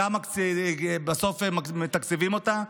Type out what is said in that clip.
בכמה בסוף הם מתקצבים אותה?